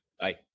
Bye